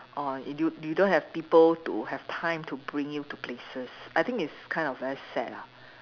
or you you don't have people to have time to bring you to places I think it's kind of very sad lah